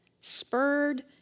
spurred